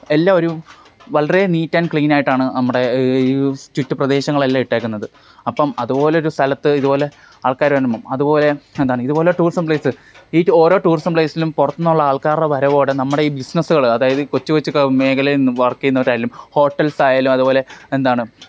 എല്ലാ ഒരു വളരെ നീറ്റ് ആൻ്റ് ക്ലീൻ ആയിട്ടാണ് നമ്മുടെ ഈ ചുറ്റ് പ്രദേശങ്ങളെല്ലാം ഇട്ടിരിക്കുന്നത് അപ്പം അതുപോലെ ഒരു സ്ഥലത്ത് ഇതുപോലെ ആൾക്കാർ വരുമ്പം അതുപോലെ എന്താണ് ഇതുപോലെ ടൂറിസം പ്ലേസ് ഈ ഓരോ ടുറിസം പ്ലേസിലും പുറത്ത് നിന്നുള്ള ആൾക്കാരുടെ വരവോടെ നമ്മടെ ഈ ബിസിനസ്സുകളെ അതായത് ഈ കൊച്ച് കൊച്ച് മേഖലയിലൊന്നും വർക്ക് ചെയ്യുന്നവരായാലും ഹോട്ടൽസ് ആയാലും അതുപോലെ എന്താണ്